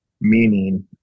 Meaning